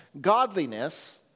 godliness